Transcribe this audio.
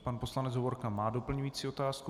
Pan poslanec Hovorka má doplňující otázku.